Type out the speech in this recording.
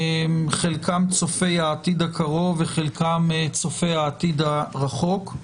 חלקם צופי העתיד הקרוב וחלקם צופי העתיד הרחוק.